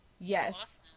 Yes